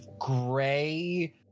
gray